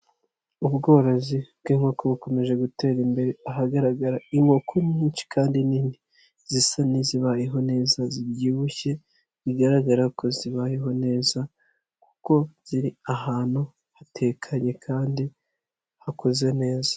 Ubworozi bw'inkoko bukomeje gutera imbere ahagaragara inkoko nyinshi kandi nini, zisa n'izibayeho neza zibyibushye bigaragara ko zibayeho neza kuko ziri ahantu hatekanye kandi hakoze neza.